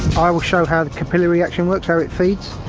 i will show how the capillary action works, how it feeds,